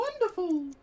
wonderful